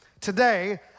Today